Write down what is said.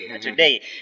Today